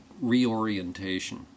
reorientation